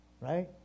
Right